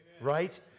right